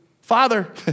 Father